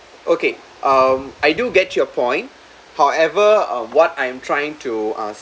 okay um I do get your point however uh what I am trying to uh